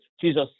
Jesus